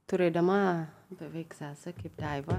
turėdama beveik sesę kaip daiva